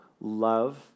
love